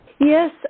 Yes